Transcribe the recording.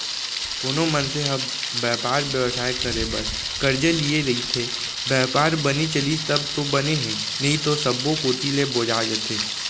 कोनो मनसे ह बयपार बेवसाय करे बर करजा लिये रइथे, बयपार बने चलिस तब तो बने हे नइते सब्बो कोती ले बोजा जथे